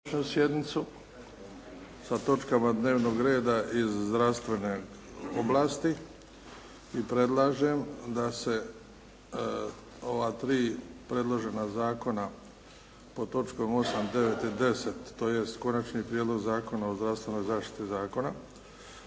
sjednicu, sa točkama dnevnog reda iz zdravstvene oblasti. I predlažem da se ova tri predložena zakona, pod točkom 8., 9. i 10., tj. Konačni prijedlog Zakona o zdravstvenoj zaštiti,